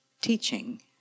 teaching